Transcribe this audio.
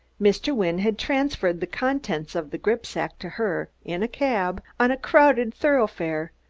mr. wynne had transferred the contents of the gripsack to her, in a cab, on a crowded thoroughfare,